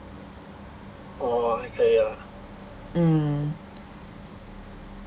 mm